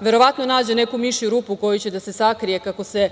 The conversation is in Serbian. verovatno nađe neku mišiju rupu u koju će da se sakrije kako se